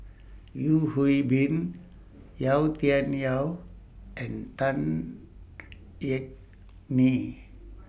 Yeo Hwee Bin Yau Tian Yau and Tan Yeok Nee